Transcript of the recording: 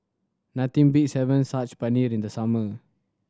nothing beats having Saag Paneer in the summer